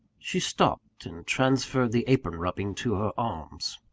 she stopped, and transferred the apron-rubbing to her arms.